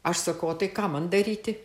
aš sakau o tai ką man daryti